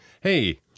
Hey